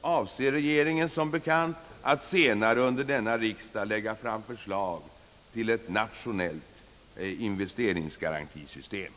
avser regeringen som bekant att senare under denna riksdag lägga fram förslag om ett nationellt investeringsgarantisysiem.